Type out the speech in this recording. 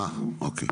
אוקיי.